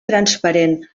transparent